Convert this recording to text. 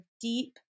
deep